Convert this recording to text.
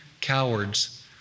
cowards